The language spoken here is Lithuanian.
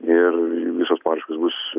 ir visos paraiškos bus